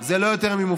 זה לא, יותר ממופרך,